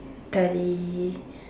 tele~